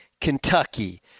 Kentucky